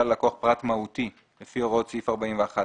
ללקוח פרט מהותי לפי הוראות סעיף 41(א),